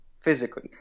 physically